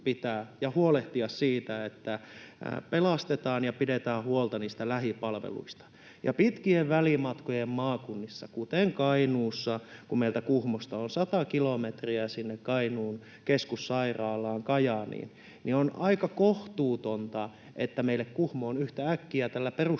huolehtia siitä, että pelastetaan ja pidetään huolta niistä lähipalveluista. Pitkien välimatkojen maakunnissa, kuten Kainuussa, kun meiltä Kuhmosta on sata kilometriä sinne Kainuun keskussairaalaan Kajaaniin, on aika kohtuutonta, että meille Kuhmoon yhtäkkiä tällä perussuomalaisten